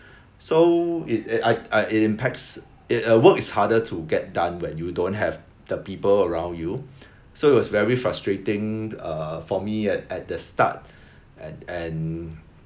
so it it I I it impacts it uh work is harder to get done when you don't have the people around you so it was very frustrating err for me at at the start and and